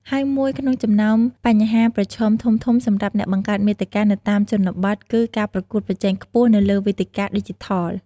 ហើយមួយក្នុងចំណោមបញ្ហាប្រឈមធំៗសម្រាប់អ្នកបង្កើតមាតិកានៅតាមជនបទគឺ ការប្រកួតប្រជែងខ្ពស់នៅលើវេទិកាឌីជីថល។